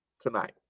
tonight